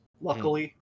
luckily